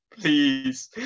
please